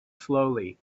slowly